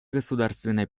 государственной